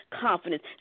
confidence